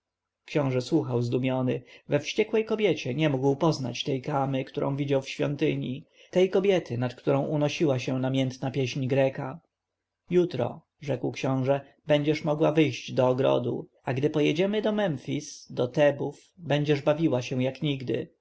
książę słuchał zdumiony we wściekłej kobiecie nie mógł poznać tej kamy którą widział w świątyni tej kobiety nad którą unosiła się namiętna pieśń greka jutro rzekł książę będziesz mogła wyjść do ogrodu a gdy pojedziemy do memfis do tebów będziesz bawiła się jak nigdy